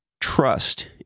Trust